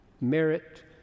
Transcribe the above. merit